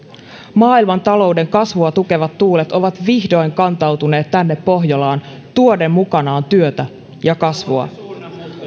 maailmantalouden kasvua tukevat tuulet ovat vihdoin kantautuneet tänne pohjolaan tuoden mukanaan työtä ja kasvua